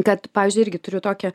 kad pavyzdžiui irgi turiu tokį